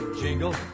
jingle